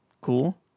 cool